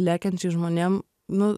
lekiančiais žmonėm nu